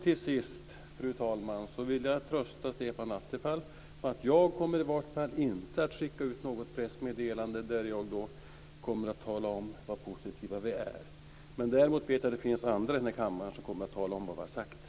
Till sist vill jag trösta Stefan Attefall med att jag kommer i varje fall inte att skicka ut något pressmeddelande där jag talar om hur positiva vi är. Däremot vet jag att det finns andra i den här kammaren som kommer att tala om vad vi har sagt.